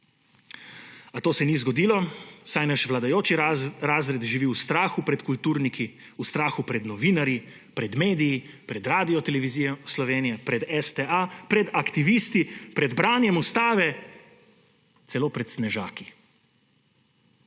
A to se ni zgodilo, saj naš vladajoči razred živi v strahu pred kulturniki, v strahu pred novinarji, pred mediji, pred Radiotelevizijo Slovenija, pred STA, pred aktivisti, pred branjem ustave, celo pred snežaki.